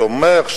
תומך,